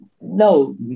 no